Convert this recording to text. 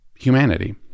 humanity